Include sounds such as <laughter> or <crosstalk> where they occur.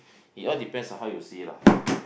it all depends on how you see lah <noise>